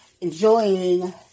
enjoying